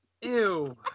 Ew